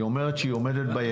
היא אומרת שהיא עומדת ביעדים.